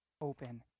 open